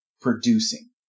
producing